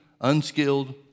unskilled